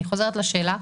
אני חוזרת לשאלה: